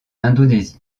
indonésie